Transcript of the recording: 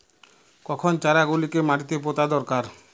কখন চারা গুলিকে মাটিতে পোঁতা দরকার?